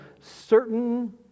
certain